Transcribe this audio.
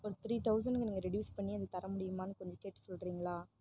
three தௌசணுக்கு நீங்கள் reduce பண்ணி எனக்கு தரமுடியுமானு கொஞ்சம் கேட்டு சொல்கிறீங்களா